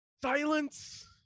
Silence